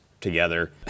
together